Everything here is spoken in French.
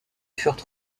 furent